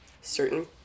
certain